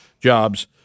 jobs